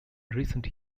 recent